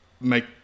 make